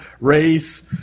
race